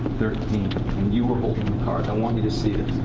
thirteen. and you were holding the card. i want you to see